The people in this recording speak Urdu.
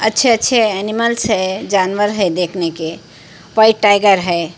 اچّھے اچّھے انیملس ہے جانور ہے دیکھنے کے وائٹ ٹائیگر ہے